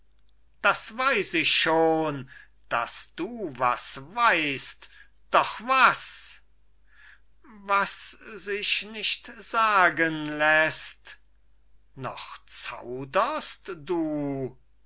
das weiß ich schon daß du was weißt doch was was sich nicht sagen läßt noch zauderst du